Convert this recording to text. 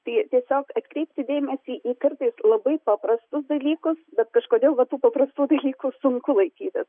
tai tiesiog atkreipti dėmesį į kartais labai paprastus dalykus bet kažkodėl va tų paprastų dalykų sunku laikytis